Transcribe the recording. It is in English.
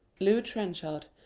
lew trenchard,